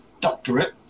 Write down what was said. doctorate